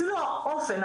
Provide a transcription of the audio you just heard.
אפילו האופן,